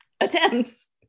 attempts